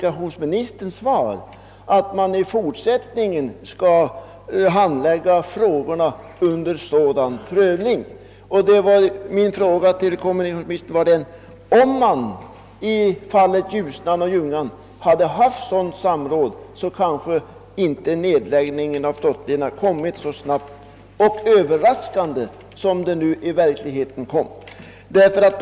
Att man i fortsättningen skall handlägga frågorna under sådan prövning var just det som jag fann tillfredsställande i kommunikationsministerns svar. Min fråga till kommunikationsministern gällde, huruvida nedläggningen av flottlederna i Ljusnan och Ljungan hade kommit så snabbt och överraskande som den i själva verket gjorde, om man verkligen hade haft sådant samråd.